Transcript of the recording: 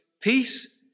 peace